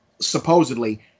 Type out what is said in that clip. supposedly